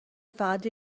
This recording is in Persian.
فقط